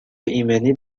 ایمنی